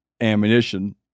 ammunition